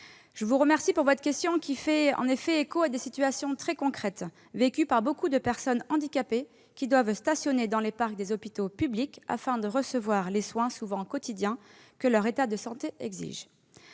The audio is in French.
je vous remercie de votre question, qui fait écho à des situations très concrètes vécues par beaucoup de personnes handicapées, lorsqu'elles doivent stationner dans les parcs des hôpitaux publics, afin de recevoir les soins, souvent quotidiens, que leur état de santé exige.